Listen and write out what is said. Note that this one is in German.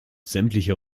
sämtliche